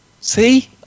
See